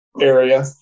area